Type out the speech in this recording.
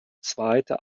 zweite